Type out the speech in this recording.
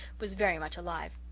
was very much alive.